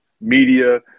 media